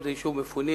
אם זה יישוב של מפונים,